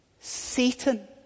Satan